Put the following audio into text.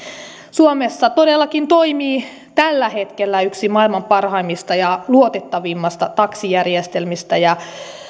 suomessa todellakin toimii tällä hetkellä yksi maailman parhaimmista ja luotettavimmista taksijärjestelmistä ja